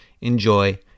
enjoy